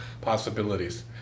possibilities